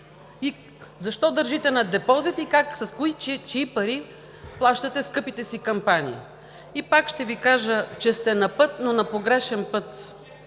Защо държите на депозит, как и с чии пари плащате скъпите си кампании? И пак ще Ви кажа, че сте на път, но на погрешен път,